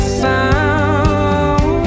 sound